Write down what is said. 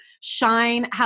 shine